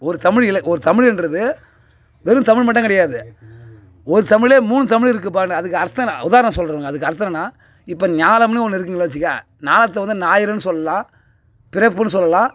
ஒரு தமிழ் இலை ஒரு தமிழ்யென்றது வெறும் தமிழ் மட்டும் கிடையாது ஒரு தமிழே மூணு தமிழ் இருக்குதுப்பான்னு அதுக்கு அர்த்தம் என்ன உதாரணம் சொல்கிறேங்க அதுக்கு அர்த்தம் என்னென்னா இப்போ ஞாலம்னு ஒன்று இருக்குதுங்களே வச்சுக்க ஞாலத்தை வந்து ஞாயிறுன்னு சொல்லலாம் பிறப்புன்னு சொல்லலாம்